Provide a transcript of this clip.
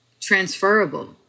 transferable